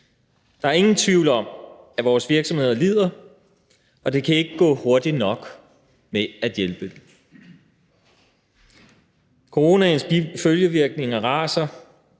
Der er ingen tvivl om, at vores virksomheder lider, og det kan ikke gå hurtigt nok med at hjælpe. Coronaens følgevirkninger raser,